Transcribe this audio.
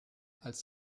als